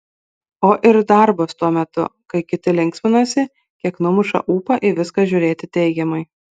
o ir darbas tuo metu kai kiti linksminasi kiek numuša ūpą į viską žiūrėti teigiamai